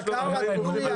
תנו לי.